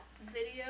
Video